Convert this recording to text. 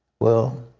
well,